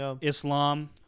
Islam